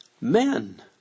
men